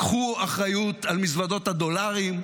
קחו אחריות על מזוודות הדולרים,